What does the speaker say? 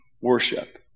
worship